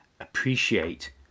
appreciate